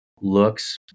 looks